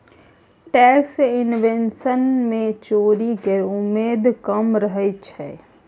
tax evasion मे चोरी केर उमेद कम रहय छै